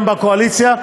גם בקואליציה,